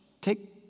take